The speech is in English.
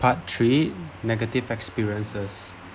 part three negative experiences